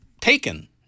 taken